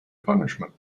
punishment